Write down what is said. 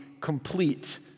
complete